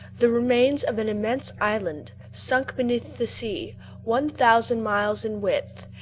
the remains of an immense island, sunk beneath the sea one thousand miles in width,